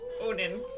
Odin